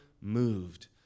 moved